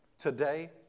Today